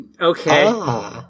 okay